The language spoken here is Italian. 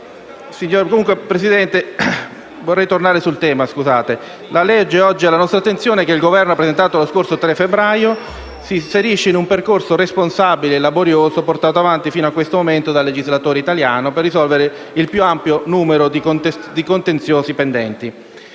discussione. Il disegno di legge oggi alla nostra attenzione, che il Governo ha presentato lo scorso 3 febbraio, si inserisce in un percorso responsabile e laborioso, portato avanti fino a questo momento dal legislatore italiano per risolvere il più ampio numero di contenziosi pendenti.